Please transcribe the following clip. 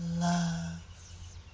love